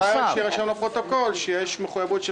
אולי שיירשם בפרוטוקול שיש מחויבות של